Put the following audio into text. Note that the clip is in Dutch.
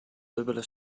dubbele